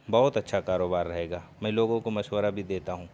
بہت اچھا کاروبار رہے گا میں لوگوں کو مشورہ بھی دیتا ہوں